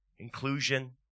inclusion